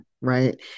Right